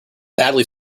badly